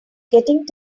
getting